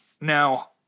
Now